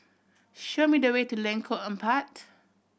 show me the way to Lengkok Empat